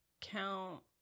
count